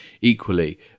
equally